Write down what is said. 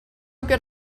good